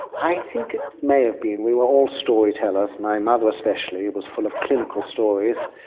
i think it may have been. we were all storytellers, my mother especially was full of clinical stories,